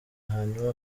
hanyuma